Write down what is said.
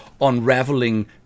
unraveling